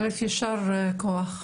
יישר כוח.